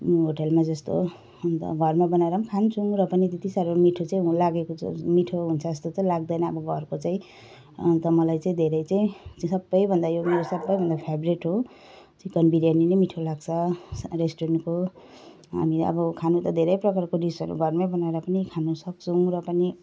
होटेलमा जस्तो अनि त घरमा बनाएर पनि खान्छौँ र पनि त्यति साह्रो मिठो चाहिँ लागेको चाहिँ मिठो हुन्छ जस्तो चाहिँ लाग्दैन अब घरको चाहिँ अनि त मलाई चाहिँ धेरै चाहिँ सबैभन्दा यो मेरो सबैभन्दा फेभरेट हो चिकन बिरयानी नै मिठो लाग्छ रेस्टुरेन्टको अनि अब खानु त धेरै प्रकारको डिसहरू घरमै बनाएर पनि खानु सक्छौँ र पनि